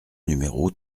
numéro